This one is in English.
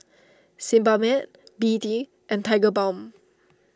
Sebamed B D and Tigerbalm